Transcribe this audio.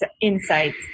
insights